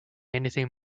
anything